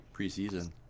preseason